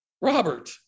Robert